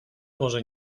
może